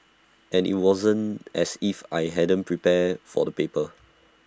and IT wasn't as if I hadn't prepared for the paper